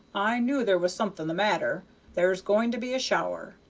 i knew there was something the matter there's going to be a shower.